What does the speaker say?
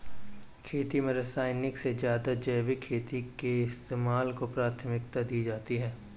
खेती में रासायनिक से ज़्यादा जैविक खेती के इस्तेमाल को प्राथमिकता दी जाती है